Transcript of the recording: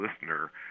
listener